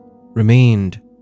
remained